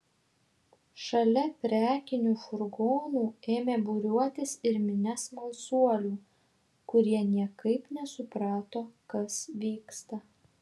šalia prekinių furgonų ėmė būriuotis ir minia smalsuolių kurie niekaip nesuprato kas vyksta